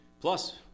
Plus